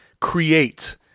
create